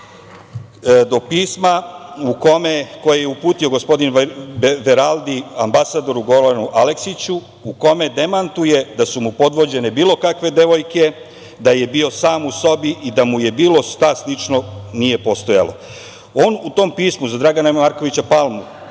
do pisma koje je uputio gospodin Veraldi, ambasadoru Goranu Aleksiću, u kome demantuje da su mu podvođene bilo kakve devojke, da je bio sam u sobi i da bilo šta slično nije postojalo. On u tom pismu za Dragana Markovića Palmu